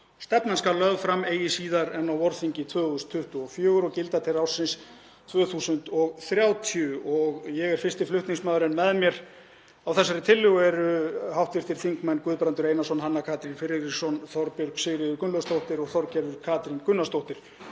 Stefnan skal lögð fram eigi síðar en á vorþingi 2024 og gilda til ársins 2030.“ Ég er fyrsti flutningsmaður en með mér á þessari tillögu eru hv. þingmenn Guðbrandur Einarsson, Hanna Katrín Friðriksson, Þorbjörg Sigríður Gunnlaugsdóttir og Þorgerður Katrín Gunnarsdóttir,